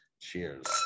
Cheers